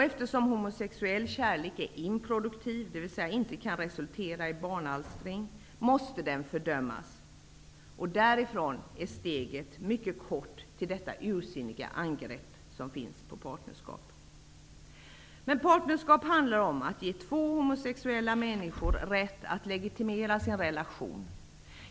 Eftersom homosexuell kärlek är improduktiv, dvs. inte kan resultera i barnalstring, måste den fördömas. Därifrån är steget mycket kort till det ursinniga angreppet på partnerskap. Partnerskap handlar om att ge två homosexuella människor rätt att legitimera sin relation.